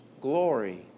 glory